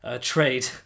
trade